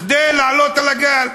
כדי לעלות על הגל.